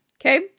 Okay